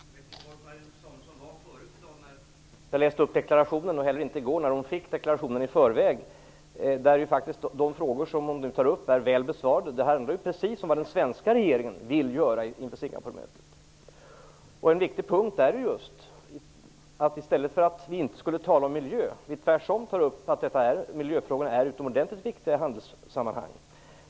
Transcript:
Fru talman! Jag vet inte var Marianne Samuelsson var förut i dag när jag läste upp deklarationen. Jag vet inte heller var hon var i går när hon fick deklarationen i förväg. Där är ju de frågor hon nu tar upp väl besvarade. Där handlar det precis om vad den svenska regeringen vill göra inför Singaporemötet. Det är inte så att vi inte skulle tala om miljön. Tvärtom skall vi ta upp att miljöfrågorna är utomordentligt viktiga i handelssammanhang.